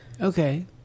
Okay